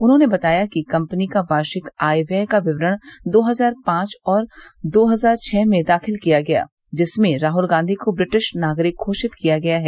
उन्होंने बताया कि कंपनी का वार्षिक आय व्यय का विवरण दो हजार पांच और दो हजार छः में दाखिल किया गया जिसमें राहुल गांधी को ब्रिटिश नागरिक घोषित किया गया है